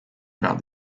about